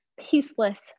peaceless